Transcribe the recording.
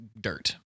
dirt